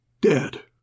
Dead